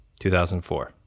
2004